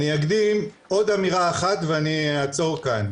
אני אקדים עוד אמירה אחת ואני אעצור כאן,